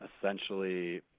essentially